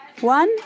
one